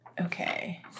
Okay